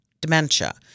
dementia